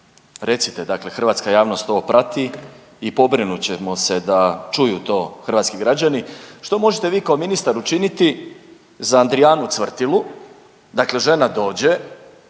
recite dakle hrvatska javnost ovo prati i pobrinut ćemo se da čuju to hrvatski građani, što možete vi kao ministar učiniti za Andrijanu Cvrtilu, dakle žena dođe,